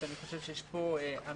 אני חושב שיש פה אמירה.